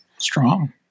strong